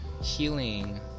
Healing